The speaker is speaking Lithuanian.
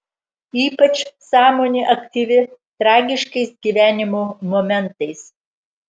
ypač sąmonė aktyvi tragiškais gyvenimo momentais